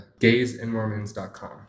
gaysandmormons.com